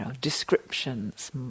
descriptions